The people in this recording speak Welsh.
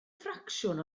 ffracsiwn